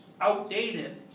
outdated